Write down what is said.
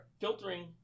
filtering